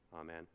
amen